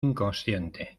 inconsciente